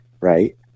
right